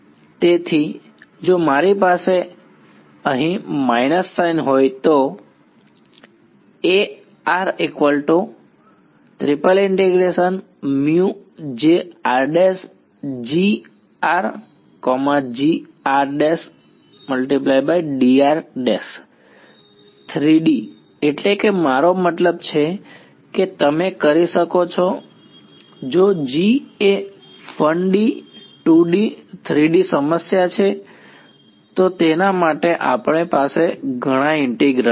તેથી જો મારી પાસે અહીં માઇનસ સાઇન હોય તો 3D એટ્લે કે મારો મતલબ છે કે તમે કરી શકો છો જો G એ 1D 2D 3D સમસ્યા છે તો તેના માટે આપણી પાસે ઘણા ઇન્ટીગ્રલ છે